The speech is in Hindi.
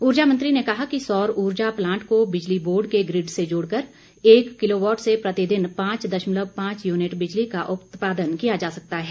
उर्जा मंत्री ने कहा कि सौर उर्जा प्लांट को बिजली बोर्ड के ग्रिड से जोड़कर एक किलोवॉट से प्रतिदिन पांच दशमलव पांच यूनिट बिजली का उत्पादन किया जा सकता है